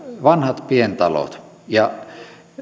vanhat pientalot ja